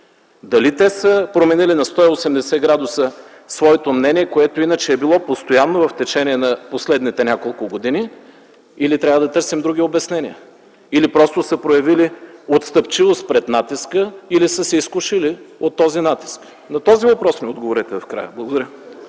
Дали те са променили на 180 градуса своето мнение, което иначе е било постоянно в течение на последните няколко години или трябва да търсим други обяснения, или просто са проявили отстъпчивост пред натиска или са се изкушили от този натиск? На този въпрос ми отговорете в края. Благодаря.